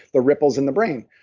the ripples in the brain.